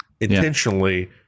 intentionally